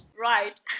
Right